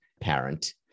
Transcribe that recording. parent